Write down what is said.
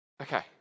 Okay